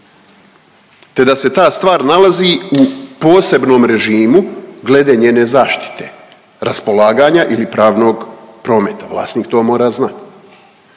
te da se ta stvar nalazi u posebnom režimu glede njene zaštite raspolaganja ili pravnog prometa, vlasnik to mora znati.